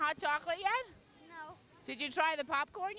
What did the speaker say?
no did you try the popcorn